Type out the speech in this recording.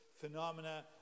phenomena